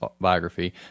biography